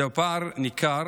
זהו פער ניכר